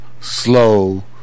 slow